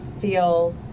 feel